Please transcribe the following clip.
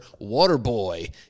Waterboy